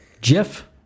Jeff